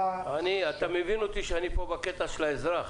אתה מבין אותי שאני פה בקטע של האזרח.